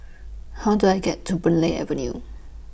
How Do I get to Boon Lay Avenue